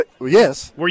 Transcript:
Yes